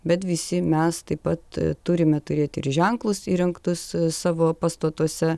bet visi mes taip pat turime turėt ir ženklus įrengtus savo pastatuose